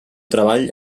treball